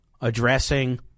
addressing